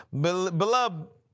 beloved